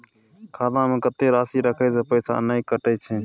खाता में कत्ते राशि रखे से पैसा ने कटै छै?